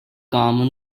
common